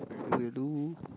that will do